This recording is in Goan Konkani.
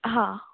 हां